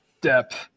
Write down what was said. depth